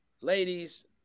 Ladies